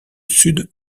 sud